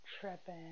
tripping